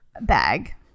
bag